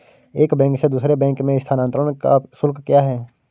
एक बैंक से दूसरे बैंक में स्थानांतरण का शुल्क क्या है?